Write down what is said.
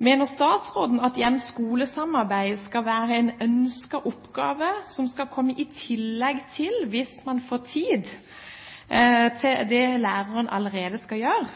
Mener statsråden at hjem–skole-samarbeid skal være en ønsket oppgave som skal komme i tillegg – hvis man får tid – til det læreren allerede skal gjøre?